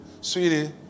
Sweetie